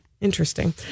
Interesting